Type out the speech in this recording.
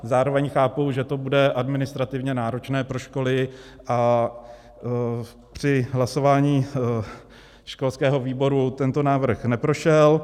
Zároveň chápu, že to bude administrativně náročné pro školy, a při hlasování školského výboru tento návrh neprošel.